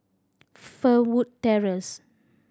Fernwood Terrace